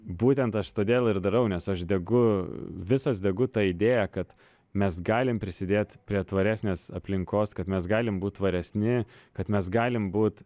būtent aš todėl ir darau nes aš degu visas degu ta idėja kad mes galim prisidėt prie tvaresnės aplinkos kad mes galim būt tvaresni kad mes galim būt